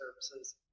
services